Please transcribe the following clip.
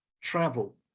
travel